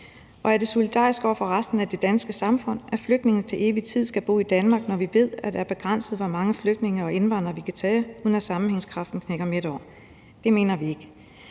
Og er det solidarisk over for resten af det danske samfund, at flygtninge til evig tid skal bo i Danmark, når vi ved, at det er begrænset, hvor mange flygtninge og indvandrere vi kan tage, uden at sammenhængskraften knækker midt over? Det mener vi ikke.